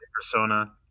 Persona